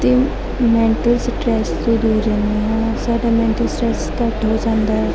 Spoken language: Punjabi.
ਅਤੇ ਮੈਂਟਲ ਸਟਰੈਸ ਤੋਂ ਦੂਰ ਰਹਿੰਦੇ ਹਾਂ ਸਾਡਾ ਮੈਂਟਲ ਸਟਰੈਸ ਘੱਟ ਹੋ ਜਾਂਦਾ ਹੈ